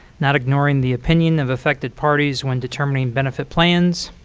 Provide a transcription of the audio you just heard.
not ignoring the opinion of affected parties when determining benefit plans,